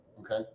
Okay